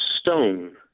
stone